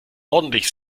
ordentlich